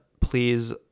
Please